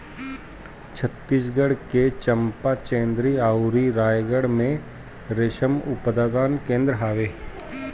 छतीसगढ़ के चंपा, चंदेरी अउरी रायगढ़ में रेशम उत्पादन केंद्र हवे